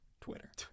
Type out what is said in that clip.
Twitter